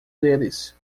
deles